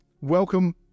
welcome